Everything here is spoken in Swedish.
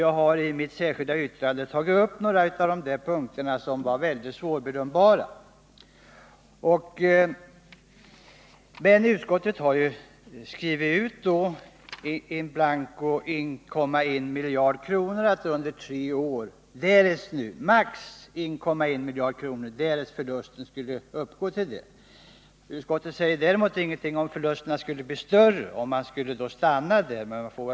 Jag har i mitt särskilda yttrande tagit upp några av de punkter som varit mycket svårbedömbara. Utskottet vill att regeringen in blanko skriver ut ett belopp om maximalt 1,1 miljarder kronor under tre år, därest förlusten skulle uppgå till det beloppet. Utskottet säger däremot ingenting om vad som skulle ske om förlusten skulle bli större — om man då skulle stanna där eller höja beloppet.